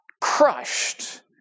crushed